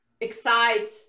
excite